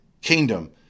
kingdom